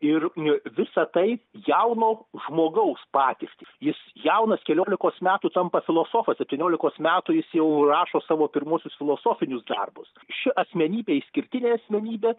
ir e visa tai jauno žmogaus patirtys jis jaunas keliolikos metų tampa filosofas septyniolikos metų jis jau rašo savo pirmuosius filosofinius darbus ši asmenybė išskirtinė asmenybė